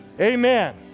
amen